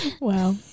Wow